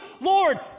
Lord